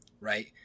right